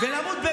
נו,